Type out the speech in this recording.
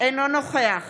אינו נוכח